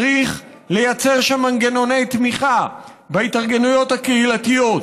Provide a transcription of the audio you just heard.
צריך ליצור שם מנגנוני תמיכה בהתארגנויות הקהילתיות.